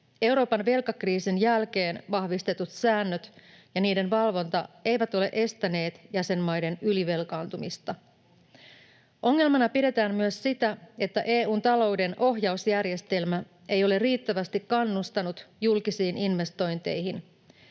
Euroopan velkakriisin jälkeen vahvistetut säännöt ja niiden valvonta eivät ole estäneet jäsenmaiden ylivelkaantumista. Ongelmana pidetään myös sitä, että EU:n talouden ohjausjärjestelmä ei ole riittävästi kannustanut julkisiin investointeihin.